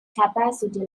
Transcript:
capacity